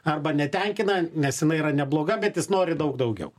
arba netenkina nes jinai yra nebloga bet jis nori daug daugiau